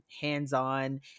hands-on